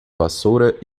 vassoura